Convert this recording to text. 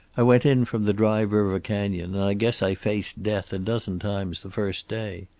i went in from the dry river canyon, and i guess i faced death a dozen times the first day.